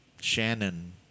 Shannon